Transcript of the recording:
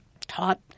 taught